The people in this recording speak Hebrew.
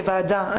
כוועדה.